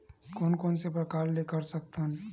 कोन कोन से प्रकार ले कर सकत हन?